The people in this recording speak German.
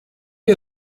die